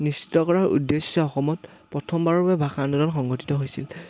নিশ্চিত কৰাৰ উদ্দেশ্যে অসমত প্ৰথমবাৰৰ বাবে ভাষা আন্দোলন সংঘটিত হৈছিল